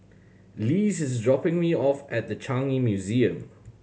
Lise is dropping me off at The Changi Museum